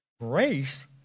Grace